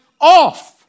off